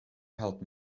help